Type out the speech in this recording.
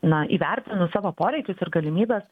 na įvertinus savo poreikius ir galimybes